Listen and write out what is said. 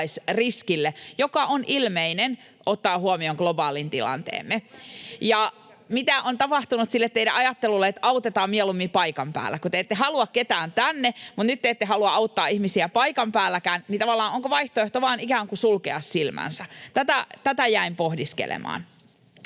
joka on ilmeinen ottaen huomioon globaalin tilanteemme. Ja mitä on tapahtunut sille teidän ajattelullenne, että autetaan mieluummin paikan päällä, kun te ette halua ketään tänne, mutta nyt te ette halua auttaa ihmisiä paikan päälläkään, niin onko vaihtoehto vaan ikään kuin sulkea silmänsä? Tätä jäin pohdiskelemaan.